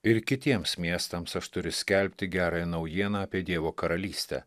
ir kitiems miestams aš turiu skelbti gerąją naujieną apie dievo karalystę